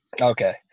Okay